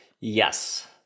Yes